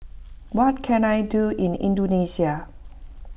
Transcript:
what can I do in Indonesia